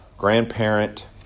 grandparent